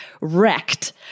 wrecked